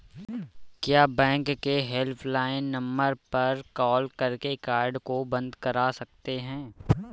क्या बैंक के helpline number पर कॉल करके कार्ड को बंद करा सकते हैं?